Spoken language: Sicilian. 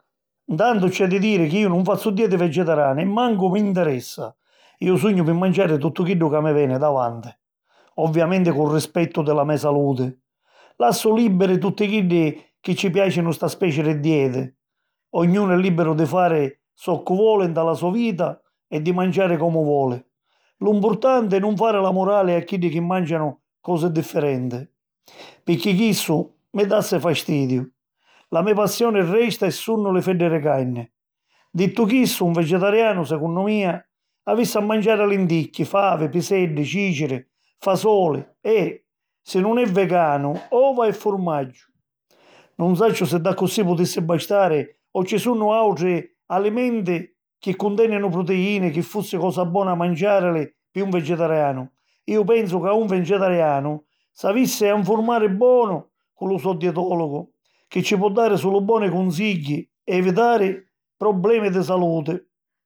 Ntantu c'è di diri chi iu nun fazzu dieti vegetariani e mancu m'interessa. Iu sugnu pi manciari tuttu chiddu ca mi veni davanti, ovviamenti cu rispettu di la me saluti. Lassu lìbiri tutti chiddi chi ci piàcinu sta speci di dieti. Ognunu è lìbiru di fari zoccu voli nta la so vita e di manciari comu voli. Lu mpurtanti è nun fari la murali a chiddi chi màncianu cosi differenti; picchì chissu mi dassi fastidiu. La me passioni resta e sunnu li feddi di carni. Dittu chissu, un vegetarianu, secunnu mia, avissi a manciari linticchi, favi, piseddi, cìciri, fasoli e, si nun è veganu, ova e furmaggiu. Nun sacciu si daccussì putissi bastari o ci sunnu àutri alimenti chi cuntèninu proteìni chi fussi cosa bona manciàrili pi un vegetarianu. Iu pensu ca un vegetarianu s'avissi a nfurmari bonu cu lu so dietòlogu, chi ci po dari sulu boni cunsigghi e evitari problemi di saluti.